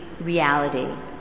reality